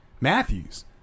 Matthews